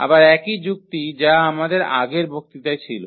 আবার একই যুক্তি যা আমাদের আগের বক্তৃতায় ছিল